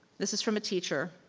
this is from a teacher.